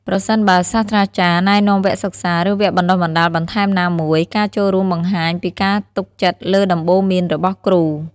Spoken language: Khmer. ប្រសិនបើសាស្រ្តាចារ្យណែនាំវគ្គសិក្សា ឬវគ្គបណ្តុះបណ្តាលបន្ថែមណាមួយ ការចូលរួមបង្ហាញពីការទុកចិត្តលើដំបូន្មានរបស់គ្រូ។